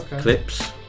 Clips